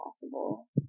possible